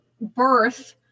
birth